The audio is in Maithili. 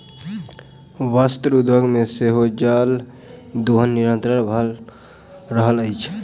वस्त्र उद्योग मे सेहो जल दोहन निरंतन भ रहल अछि